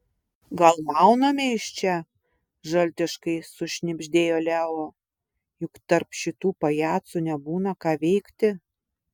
gal mauname iš čia žaltiškai sušnibždėjo leo juk tarp šitų pajacų nebūna ką veikti